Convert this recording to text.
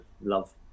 love